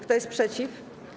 Kto jest przeciw?